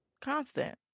constant